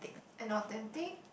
and authentic